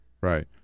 right